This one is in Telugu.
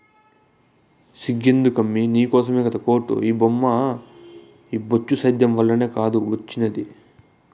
సిగ్గెందుకమ్మీ నీకోసమే కోటు ఈ బొచ్చు సేద్యం వల్లనే కాదూ ఒచ్చినాది